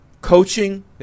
coaching